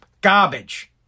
Garbage